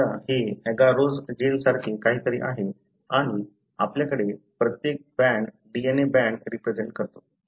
समजा हे ऍगारोस जेलसारखे काहीतरी आहे आणि आपल्याकडे प्रत्येक बँड DNA बँड रिप्रेझेन्ट करतो